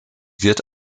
wird